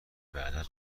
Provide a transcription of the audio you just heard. بعدا